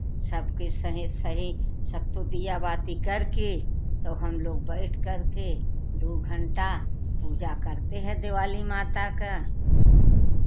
सबके सही सही सब तो दिया बाती करके और हम लोग बैठ करके दो घंटा पूजा करते हैं दिवाली माता का